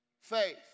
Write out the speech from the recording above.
faith